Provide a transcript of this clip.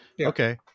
Okay